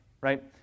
right